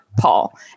Paul